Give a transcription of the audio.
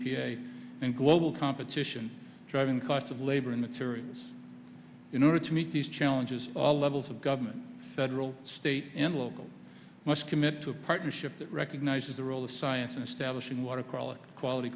a and global competition driving costs of labor and materials in order to meet these challenges all levels of government federal state and local must commit to a partnership that recognizes the role of science